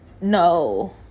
no